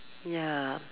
ya